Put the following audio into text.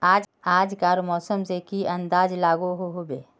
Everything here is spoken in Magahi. आज कार मौसम से की अंदाज लागोहो होबे?